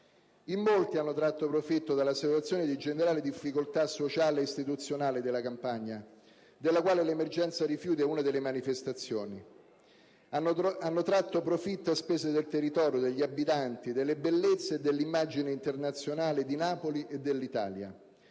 In molti hanno tratto profitto dalla situazione di generale difficoltà sociale e istituzionale della Campania, della quale l'emergenza rifiuti è una delle manifestazioni. Hanno tratto profitto a spese del territorio, degli abitanti, delle bellezze e dell'immagine internazionale di Napoli e dell'Italia.